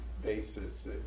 Basis